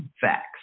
Facts